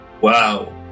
Wow